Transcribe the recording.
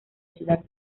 ciudad